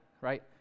right